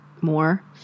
more